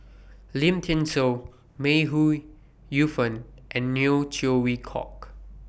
Lim Thean Soo May Ooi Yu Fen and Neo Chwee Kok